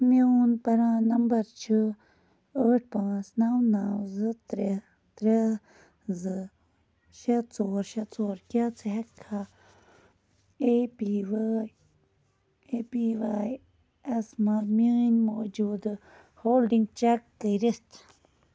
میون پرٛان نمبر چھُ ٲٹھ پانٛژھ نَو نَو زٕترٛےٚ ترٛےٚ زٕ شےٚ ژور شےٚ ژور کیٛاہ ژٕ ہٮ۪ککھا A P Y A P Y اٮ۪س منٛز میٛٲنۍ موٗجوٗدٕ ہولڈِنٛگ چیک کٔرِتھ